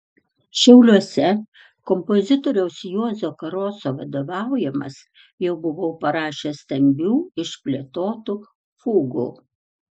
šiauliuose kompozitoriaus juozo karoso vadovaujamas jau buvau parašęs stambių išplėtotų fugų